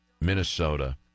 Minnesota